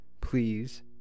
please